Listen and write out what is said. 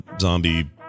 zombie